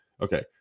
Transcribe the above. okay